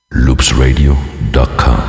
loopsradio.com